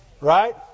Right